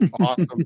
Awesome